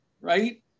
right